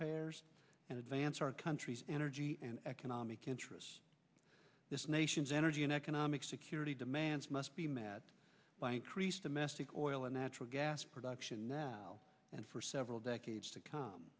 payers and advance our country's energy and economic interests this nation's energy and economic security demands must be met by increased domestic oil and natural gas production now and for several decades to c